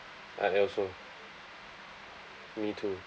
I also me too